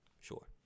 sure